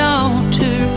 altar